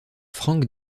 frank